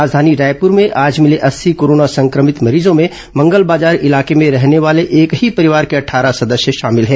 राजधानी रायपुर में आज मिले अस्सी कोरोना संक्रमित मरीजों में मंगल बाजार इलाके में रहने वाले एक ही परिवार के अट्ठारह संदस्य शामिल हैं